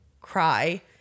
cry